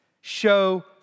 show